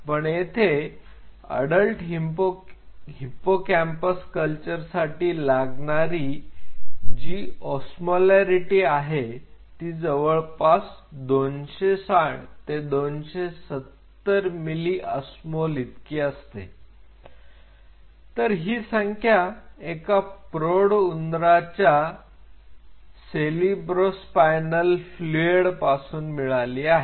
पण येथे adult hippocampus कल्चरसाठी लागणारी जी उस्मोलारिटी आहे ती जवळपास 260 ते 270 मिली अस्मोल इतकी असते तर ही संख्या एका प्रौढ उंदराच्या सेरिब्रोस्पायनल फ्लुइड पासून मिळाली आहे